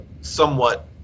somewhat